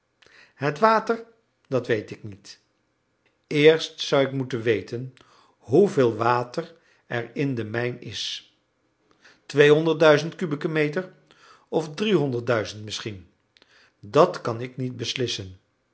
het water dat weet ik niet eerst zou ik moeten weten hoeveel water er in de mijn is kubieke meter of misschien dat kan ik niet beslissen